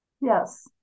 Yes